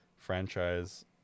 franchise